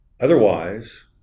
Otherwise